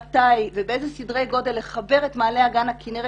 מתי ובאילו סדרי גודל לחבר את מעלה אגן הכינרת